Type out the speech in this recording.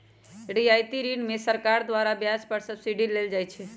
रियायती ऋण में सरकार द्वारा ब्याज पर सब्सिडी देल जाइ छइ